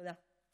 תודה.